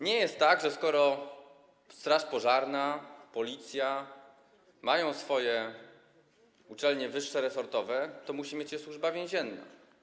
Nie jest tak, że skoro straż pożarna, Policja mają swoje uczelnie wyższe resortowe, to musi mieć je Służba Więzienna.